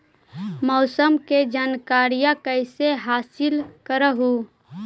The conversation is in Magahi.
मौसमा के जनकरिया कैसे हासिल कर हू?